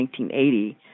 1980